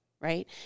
right